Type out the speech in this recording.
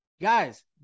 guys